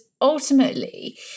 ultimately